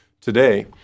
today